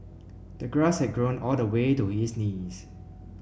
the grass had grown all the way to his knees